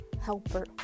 helper